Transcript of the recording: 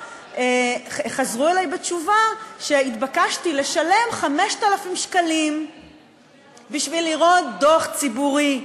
חזרו אלי עם תשובה שבה התבקשתי לשלם 5,000 שקלים בשביל לראות דוח ציבורי,